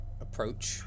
approach